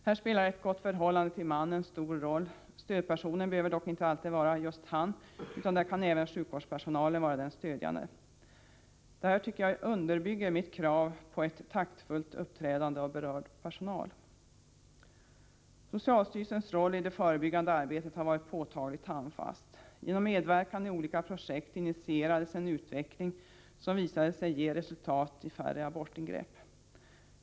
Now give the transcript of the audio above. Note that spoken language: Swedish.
Härvid spelar ett gott förhållande till mannen stor roll, men stödpersonen behöver dock inte alltid vara just mannen utan även sjukvårdspersonalen kan vara den stödjande. Detta tycker jag underbygger mitt krav på ett taktfullt uppträdande av berörd personal. Socialstyrelsens roll i det förebyggande arbetet har varit högst påtaglig och agerandet handfast. Genom medverkan i olika projekt initierades en utveckling som visade sig ge resultat i färre abortingrepp.